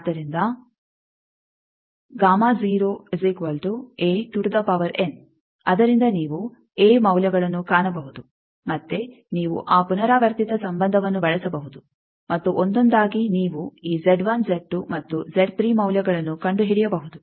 ಆದ್ದರಿಂದ ಅದರಿಂದ ನೀವು ಏ ಮೌಲ್ಯಗಳನ್ನು ಕಾಣಬಹುದು ಮತ್ತೆ ನೀವು ಆ ಪುನರಾವರ್ತಿತ ಸಂಬಂಧವನ್ನು ಬಳಸಬಹುದು ಮತ್ತು ಒಂದೊಂದಾಗಿ ನೀವು ಈ ಮತ್ತು ಮೌಲ್ಯಗಳನ್ನು ಕಂಡುಹಿಡಿಯಬಹುದು